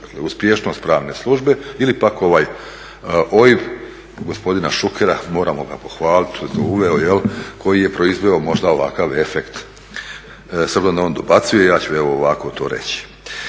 uspješnost Pravne službe ili pak ovaj OIB gospodina Šukera, moramo ga pohvalit što je to uveo, koji je proizveo možda ovakav efekt. S obzirom da on dobacuje ja ću evo ovako to reći.